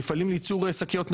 מפעלים ליצור שקיות ניילון,